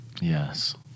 Yes